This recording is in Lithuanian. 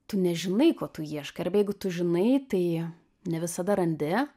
tu nežinai ko tu ieškai arba jeigu tu žinai tai ne visada randi